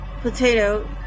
potato